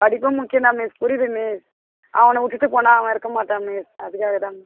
படிப்பும் முக்கியம் தான் மிஸ் புரியிது மிஸ் அவனை விட்டுட்டு போனால் அவன் இருக்க மாட்டன் மிஸ் அதுக்காக தான் மிஸ்